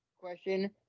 question